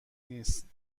نیست